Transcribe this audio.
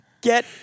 get